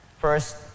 first